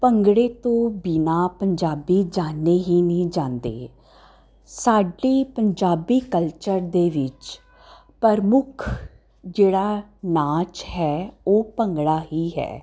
ਭੰਗੜੇ ਤੋਂ ਬਿਨਾਂ ਪੰਜਾਬੀ ਜਾਨੇ ਹੀ ਨਹੀਂ ਜਾਂਦੇ ਸਾਡੇ ਪੰਜਾਬੀ ਕਲਚਰ ਦੇ ਵਿੱਚ ਪ੍ਰਮੁੱਖ ਜਿਹੜਾ ਨਾਚ ਹੈ ਉਹ ਭੰਗੜਾ ਹੀ ਹੈ